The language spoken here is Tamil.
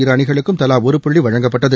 இரு அணிகளுக்கும் தலா ஒரு புள்ளி வழங்கப்பட்டது